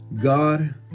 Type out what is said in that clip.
God